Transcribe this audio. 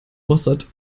mossad